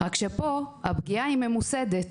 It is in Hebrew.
רק שפה הפגיעה היא ממוסדת